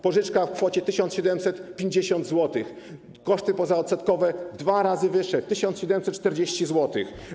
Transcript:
Pożyczka w kwocie 1750 zł, a koszty pozaodsetkowe dwa razy wyższe, 1740 zł.